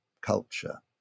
culture